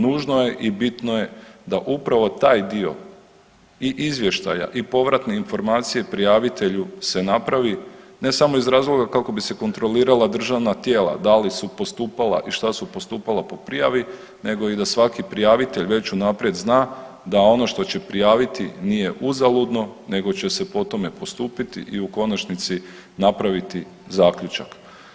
Nužno je i bitno je da upravo taj dio i izvještaja i povratne informacije prijavitelju se napravi ne samo iz razloga kako bi se kontrolirala državna tijela, da li su postupala i šta su postupala po prijavi nego i da svaki prijavitelj već unaprijed zna da ono što će prijaviti nije uzaludno nego će se po tome postupiti i u konačnici napraviti zaključak.